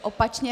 Opačně!